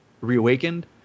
reawakened